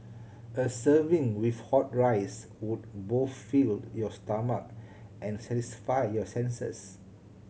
a serving with hot rice would both filled your stomach and satisfy your senses